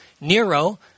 Nero